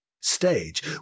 stage